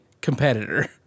competitor